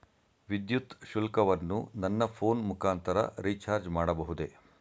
ವಿದ್ಯುತ್ ಶುಲ್ಕವನ್ನು ನನ್ನ ಫೋನ್ ಮುಖಾಂತರ ರಿಚಾರ್ಜ್ ಮಾಡಬಹುದೇ?